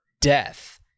death